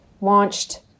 launched